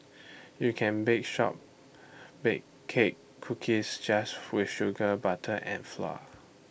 you can bake shortbread cake cookies just with sugar butter and flour